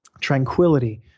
tranquility